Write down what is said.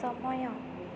ସମୟ